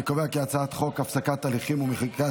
אני קובע כי הצעת חוק הפסקת הליכים ומחיקת